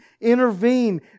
Intervene